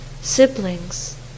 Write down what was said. siblings